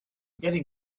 getting